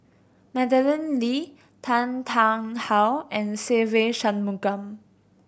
Madeleine Lee Tan Tarn How and Se Ve Shanmugam